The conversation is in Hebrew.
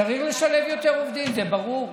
צריך לשלב יותר עובדים, זה ברור.